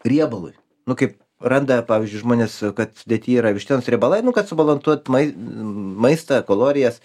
riebalui nu kaip randa pavyzdžiui žmonės kad sudėty yra vištienos riebalai nu kad subalansuot mai maistą kalorijas